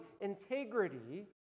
integrity